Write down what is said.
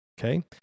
Okay